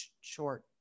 short